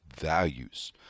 values